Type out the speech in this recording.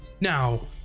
now